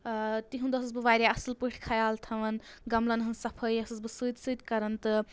تِہُنٛد ٲسٕس بہٕ واریاہ اَصٕل پٲٹھۍ خیال تھاوَان گَملَن ہٕنٛز صفٲیی ٲسٕس بہٕ سۭتۍ سۭتۍ کَرَان تہٕ